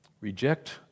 Reject